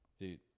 Dude